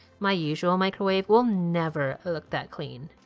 my usual microwave will never look that clean.